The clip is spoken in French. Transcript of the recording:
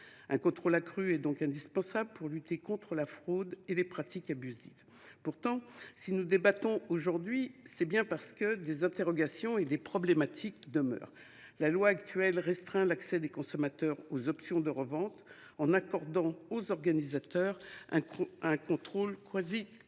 Un contrôle accru est indispensable pour lutter contre la fraude et les pratiques abusives. Pourtant, si nous débattons aujourd’hui de cette question, c’est bien parce que des interrogations et des problématiques demeurent. La loi actuelle restreint l’accès des consommateurs aux options de revente en accordant aux organisateurs un contrôle quasi total.